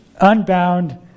unbound